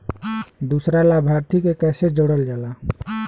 दूसरा लाभार्थी के कैसे जोड़ल जाला?